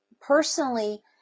personally